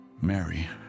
Mary